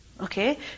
okay